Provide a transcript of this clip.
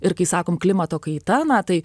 ir kai sakom klimato kaita na tai